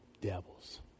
devils